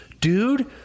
Dude